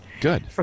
Good